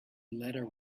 letter